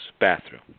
bathroom